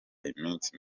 iminsi